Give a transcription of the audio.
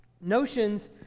notions